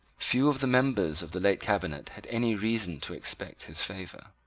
few of the members of the late cabinet had any reason to expect his favour.